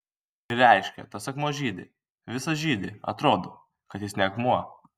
ir reiškia tas akmuo žydi visas žydi atrodo kad jis ne akmuo